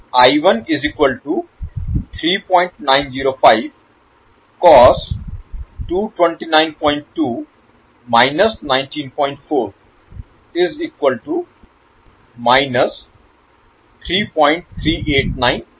value 4t 4rad 2292